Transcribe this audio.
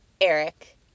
Eric